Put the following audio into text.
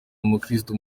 umukristu